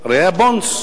הרי היה ה"בונדס".